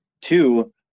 Two